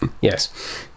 Yes